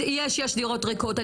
יש יש דירות ריקות.